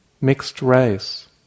mixed-race